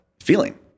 feeling